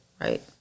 Right